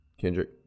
Kendrick